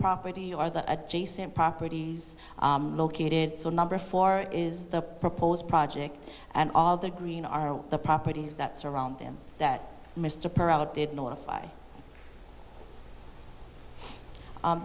property or the adjacent properties located so number four is the proposed project and all the green are the properties that surround them that mr perot did notify